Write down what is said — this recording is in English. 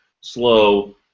slow